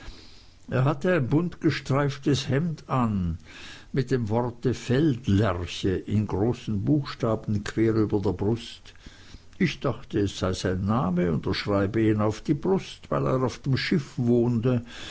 er hatte ein buntgestreiftes hemd an mit dem worte feldlerche in großen buchstaben quer über die brust ich dachte es sei sein name und er schreibe ihn auf die brust weil er auf dem schiffe wohnte